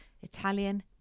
italian